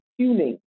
tuning